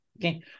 Okay